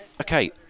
okay